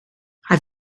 hij